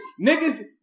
Niggas